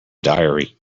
diary